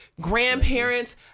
grandparents